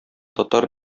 татар